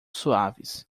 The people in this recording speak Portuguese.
suaves